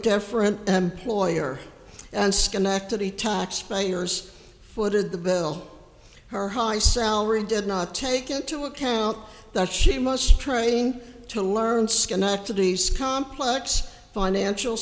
different employer and schenectady taxpayers footed the bill her high salary did not take into account that she must train to learn schenectady scum plex financial